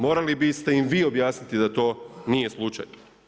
Morali biste im vi objasniti da to nije slučaj.